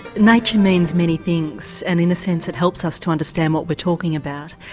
nature means many things and, in a sense, it helps us to understand what we're talking about.